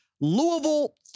Louisville